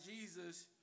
Jesus